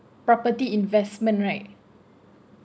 property investment right